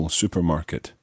supermarket